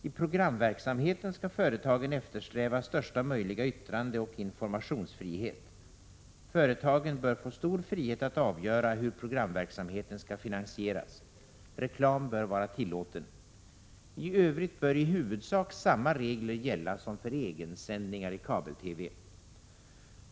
I programverksamheten skall företagen eftersträva största möjliga yttrandeoch informationsfrihet. Företagen bör få stor frihet att avgöra hur programverksamheten skall finansieras. Reklam bör vara tillåten. I övrigt bör i huvudsak samma regler gälla som för egensändningar i kabel-TV.